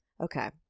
okay